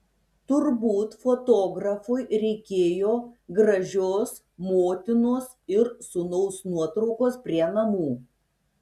turbūt fotografui reikėjo gražios motinos ir sūnaus nuotraukos prie namų